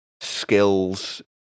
skills